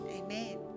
Amen